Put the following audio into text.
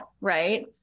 right